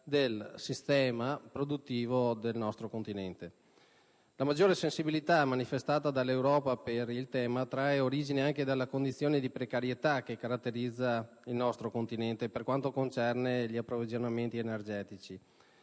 del sistema produttivo del continente. La maggiore sensibilità manifestata dall'Europa per il tema trae origine anche dalla condizione di precarietà che caratterizza il nostro continente, per quanto concerne gli approvvigionamenti energetici,